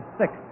six